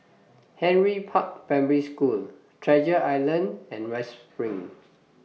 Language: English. Henry Park Primary School Treasure Island and West SPRING